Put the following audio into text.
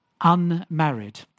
unmarried